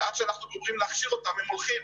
ועד שאנחנו גומרים להכשיר אותם, הם הולכים,